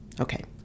Okay